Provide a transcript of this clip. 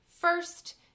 First